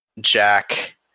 Jack